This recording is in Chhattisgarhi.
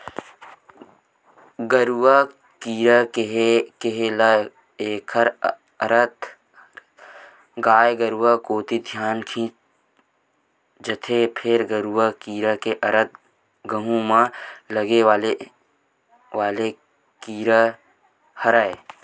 गरुआ कीरा केहे ल एखर अरथ गाय गरुवा कोती धियान खिंचा जथे, फेर गरूआ कीरा के अरथ गहूँ म लगे वाले कीरा हरय